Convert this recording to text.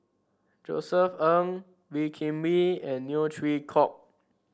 Josef Ng Wee Kim Wee and Neo Chwee Kok